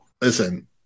Listen